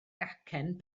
gacen